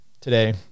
today